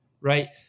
right